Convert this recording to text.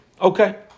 Okay